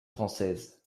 française